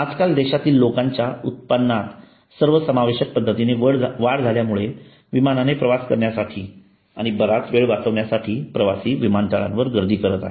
आजकाल देशातील लोकांच्या उत्पन्नात सर्व समावेशक पद्धतीने वाढ झाल्यामुळे विमानाने प्रवास करण्यासाठी आणि बराच वेळ वाचवण्यासाठी प्रवासी विमानतळांवर गर्दी करत आहेत